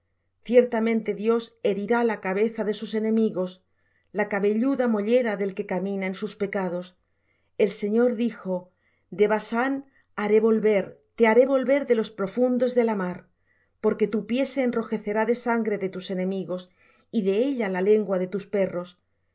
ciertamente dios herirá la cabeza de sus enemigos la cabelluda mollera del que camina en sus pecados el señor dijo de basán haré volver te haré volver de los profundos de la mar porque tu pie se enrojecerá de sangre de tus enemigos y de ella la lengua de tus perros